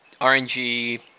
RNG